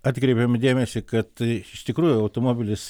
atkreipiame dėmesį kad iš tikrųjų automobilis